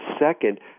second